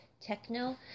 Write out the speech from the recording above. techno